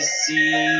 see